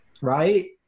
Right